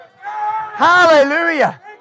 Hallelujah